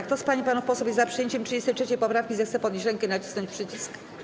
Kto z pań i panów posłów jest za przyjęciem 33. poprawki, zechce podnieść rękę i nacisnąć przycisk.